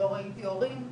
לא ראיתי הורים,